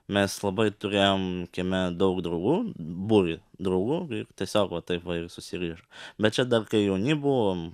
mes labai turėjom kieme daug draugų būrį draugų ir tiesiog va taip va ir susirišo bet čia dar kai jauni buvom